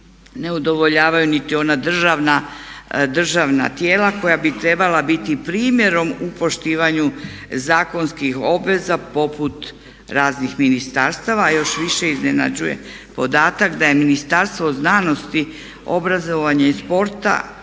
ne udovoljavaju niti ona državna tijela koja bi trebala biti primjerom u poštivanju zakonskih obveza poput raznih ministarstava, a još više iznenađuje podatak da je Ministarstvo znanosti, obrazovanja i sporta